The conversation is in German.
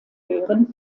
gehören